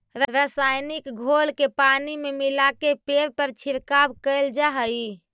रसायनिक घोल के पानी में मिलाके पेड़ पर छिड़काव कैल जा हई